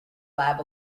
lab